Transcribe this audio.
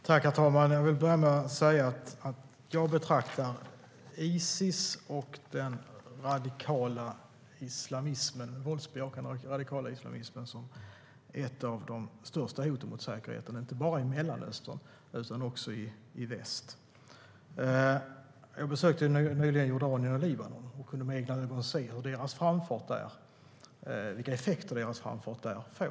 Herr talman! Jag vill börja med att säga att jag betraktar Isis och den våldsbejakande radikala islamismen som ett av de största hoten mot säkerheten, inte bara i Mellanöstern utan också i väst. Jag besökte nyligen Jordanien och Libanon och kunde med egna ögon se vilka effekter deras framfart där får.